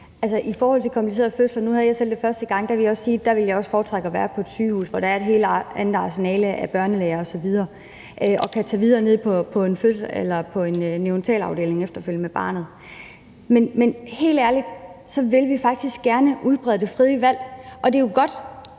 I forhold til komplicerede fødsler: Nu har jeg det selv sådan, at første gang ville jeg også foretrække at være på et sygehus, hvor der er et helt arsenal af børnelæger osv., og hvor man efterfølgende kan komme på en neonatalafdeling med barnet. Men helt ærligt: Vi vil faktisk gerne udbrede det frie valg, og det er jo godt.